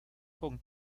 con